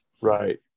Right